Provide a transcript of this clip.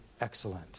excellent